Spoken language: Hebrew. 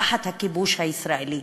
תחת הכיבוש הישראלי.